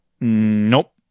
Nope